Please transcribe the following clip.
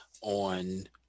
on